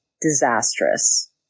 disastrous